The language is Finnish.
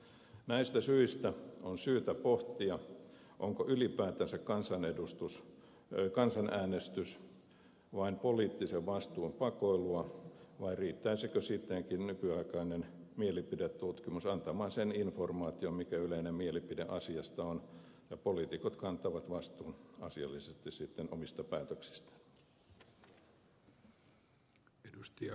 näistä syistä on syytä pohtia onko ylipäätänsä kansanäänestys vain poliittisen vastuun pakoilua vai riittäisikö sittenkin nykyaikainen mielipidetutkimus antamaan sen informaation mikä yleinen mielipide asiasta on jolloin poliitikot kantavat asiallisesti vastuun omista päätöksistään